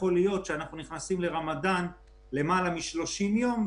אנחנו עוברים לנושא הבא על סדר היום: